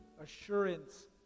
assurance